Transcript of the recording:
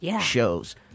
shows